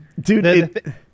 dude